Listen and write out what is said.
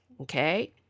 okay